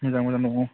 मोजां मोजां दङ